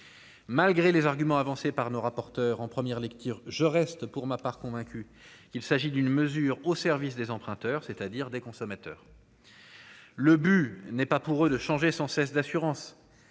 malgré les arguments avancés par nos rapporteurs en première lecture, je reste pour ma part convaincu, il s'agit d'une mesure au service des emprunteurs, c'est-à-dire des consommateurs. Le but n'est pas pour eux de changer sans cesse d'assurance